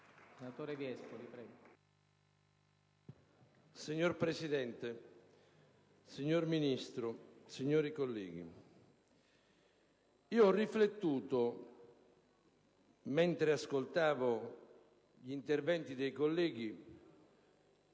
Signor Presidente, signor Ministro, signori colleghi, ho riflettuto mentre ascoltavo gli interventi dei colleghi